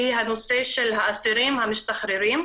והוא הנושא של האסירים המשתחררים,